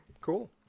Cool